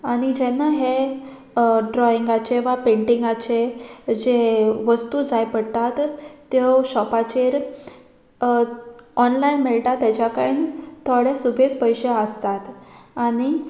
आनी जेन्ना हे ड्रॉइंगाचे वा पेंटिंगाचे जे वस्तू जाय पडटात त्यो शॉपाचेर ऑनलायन मेळटा तेज्या कय थोडे सुबेज पयशे आसतात आनी